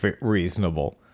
Reasonable